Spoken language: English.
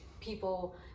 people